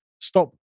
stop